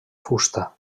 fusta